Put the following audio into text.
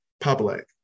public